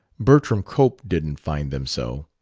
bertram cope didn't find them so.